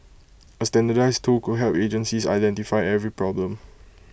A standardised tool could help agencies identify every problem